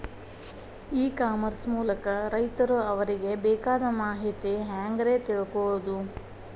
E commerce ಮೂಲಕ ರೈತರು ಅವರಿಗೆ ಬೇಕಾದ ಮಾಹಿತಿ ಹ್ಯಾಂಗ ರೇ ತಿಳ್ಕೊಳೋದು?